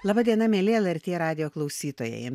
laba diena mieli lrt radijo klausytojai